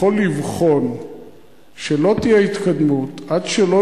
יכול לבחון שלא תהיה התקדמות עד שלא